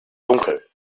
dunkel